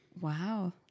Wow